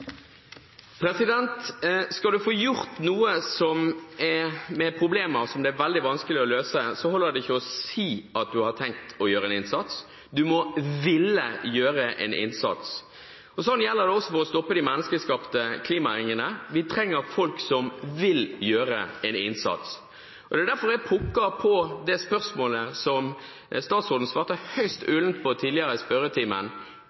veldig vanskelig å løse, holder det ikke å si at en har tenkt å gjøre en innsats. En må ville gjøre en innsats. Sånn er det også når det gjelder å stoppe de menneskeskapte klimaendringene. Vi trenger folk som vil gjøre en innsats. Det er derfor jeg pukker på det spørsmålet som statsråden svarte høyst ullent på tidligere i spørretimen: